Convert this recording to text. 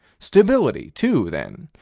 stability, too, then,